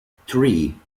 tree